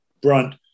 brunt